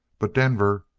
but denver,